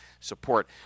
support